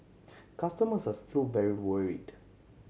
customers are still very worried